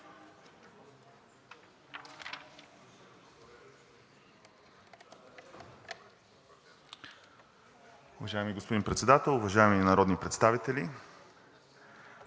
Уважаеми господин Председател, колеги народни представители!